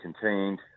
contained